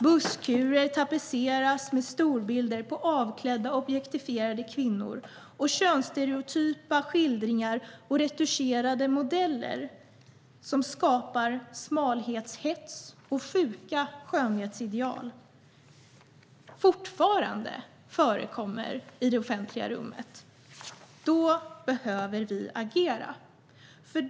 Busskurer tapetseras med storbilder på avklädda och objektifierade kvinnor, könsstereotypa skildringar och retuscherade modeller som skapar smalhetshets och sjuka skönhetsideal. Därför behöver vi agera.